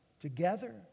together